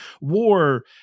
war